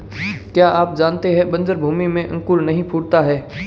क्या आप जानते है बन्जर भूमि में अंकुर नहीं फूटता है?